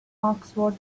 oxford